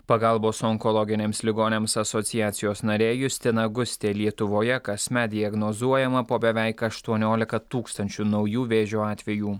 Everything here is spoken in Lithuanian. pagalbos onkologiniams ligoniams asociacijos narė justina gustė lietuvoje kasmet diagnozuojama po beveik aštuoniolika tūkstančių naujų vėžio atvejų